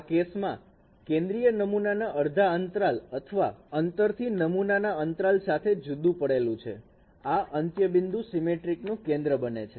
આ કેસમાં કેન્દ્રીય નમૂનાના અડધા અંતરાલ અથવા અંતરથી નમૂનાના અંતરાલ સાથે જુદુ પડેલું છે આ બિંદુ ત્યાં સિમેટ્રીક નું કેન્દ્ર બને છે